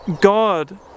God